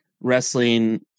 wrestling